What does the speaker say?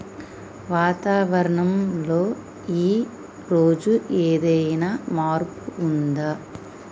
వాతావరణం లో ఈ రోజు ఏదైనా మార్పు ఉందా?